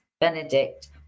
Benedict